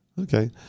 Okay